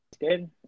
Good